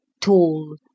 Tall